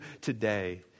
today